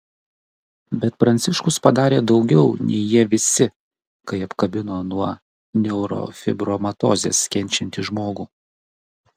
bet pranciškus padarė daugiau nei jie visi kai apkabino nuo neurofibromatozės kenčiantį žmogų